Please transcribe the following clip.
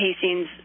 casings